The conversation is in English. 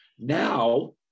Now